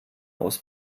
aus